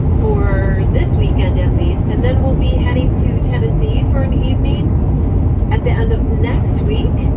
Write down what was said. for this weekend at least. and then we'll be heading to tennessee for an evening at the end of next week.